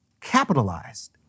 Capitalized